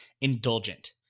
indulgent